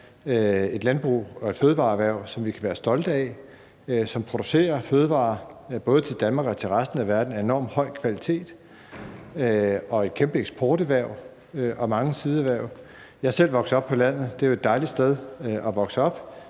et landbrug og fødevareerhverv, som vi kan være stolte af, som producerer fødevarer af enormt høj kvalitet både til Danmark og resten af verden, og det er et kæmpe eksporterhverv med mange sideerhverv. Jeg er selv vokset op på landet. Det er jo et dejligt sted at vokse op.